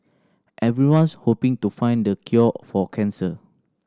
everyone's hoping to find the cure for cancer